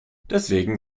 deswegen